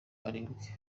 barindwi